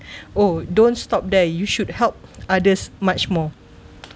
oh don't stop there you should help others much more